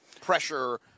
pressure